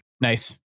Nice